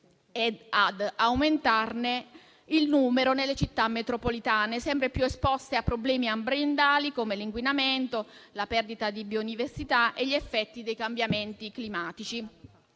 e ad aumentarne il numero nelle città metropolitane, sempre più esposte a problemi ambientali come l'inquinamento, la perdita di biodiversità e gli effetti dei cambiamenti climatici.